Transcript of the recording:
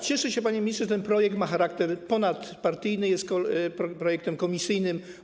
Cieszę się, panie ministrze, że ten projekt ma charakter ponadpartyjny i jest projektem komisyjnym.